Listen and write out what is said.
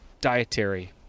dietary